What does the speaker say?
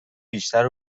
بیشتر